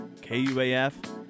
KUAF